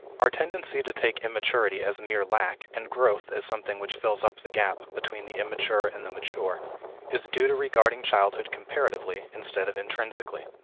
our tendency to take immaturity as mere lack, and growth as something which fills up the gap between the immature and the mature is due to regarding childhood comparatively, instead of intrinsically.